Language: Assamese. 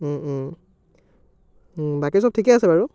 বাকী সব ঠিকে আছে বাৰু